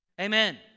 Amen